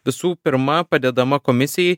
visų pirma padedama komisijai